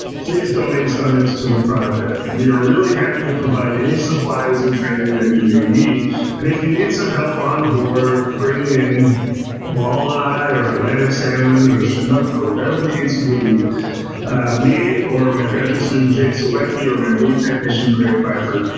please donate stomachs to the project. we are really happy to provide any supplies and training that you may need and if you need some help onboard bringing in walleye or atlantic salmon or chinook or whatever the case may be me me or my graduate student, jake sawecki or my lead technician, greg byford,